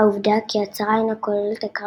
העובדה כי ההצהרה אינה כוללת הכרה